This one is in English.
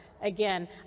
Again